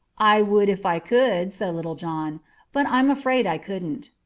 i would if i could, said little john but i'm afraid i couldn't.